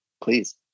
please